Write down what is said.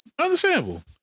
Understandable